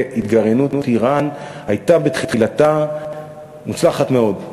התגרענות איראן הייתה בתחילתה מוצלחת מאוד,